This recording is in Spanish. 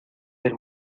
del